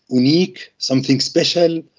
unique, something special,